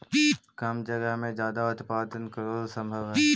कम जगह में ज्यादा उत्पादन करल सम्भव हई